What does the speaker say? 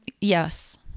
yes